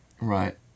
Right